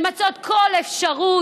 למצות כל אפשרות